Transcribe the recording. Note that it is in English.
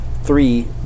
Three